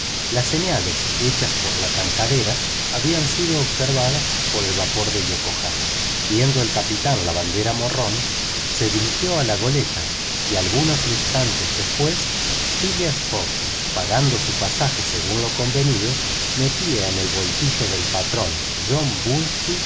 las señales hechas por la tankadera habían sido observadas por el vapor de yokohama viendo el capitán la bandera de auxilio se dirigió a la goleta y algunos instantes después phileas fogg pagando su pasaje según lo convenido metía en el bolsillo del patrón john